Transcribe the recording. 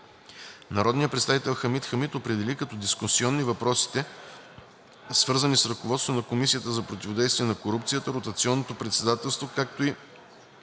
Народният представител Хамид Хамид определи като дискусионни въпросите, свързани с ръководството на Комисията за противодействие на корупцията, ротационното председателство, както и